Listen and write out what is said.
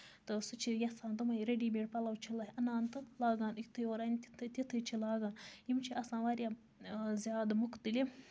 تہٕ سُہ چھُ یَژھان تِمَے ریڈی میڈ پَلو چھُ اَنان تہٕ لاگان یِتھُے اورٕ اَنہِ تِتھے تیُتھُے چھُ لاگان یِم چھِ آسان واریاہ زیادٕ مُختلِف